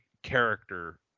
character